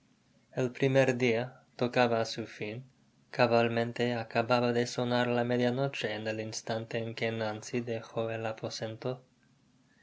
el primer dia tocaba á su fin cabalmente acababa de sonar la media noche en el instante en que nancy dejo el aposento